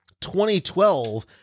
2012